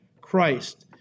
Christ